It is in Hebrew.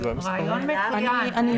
רעיון מצוין.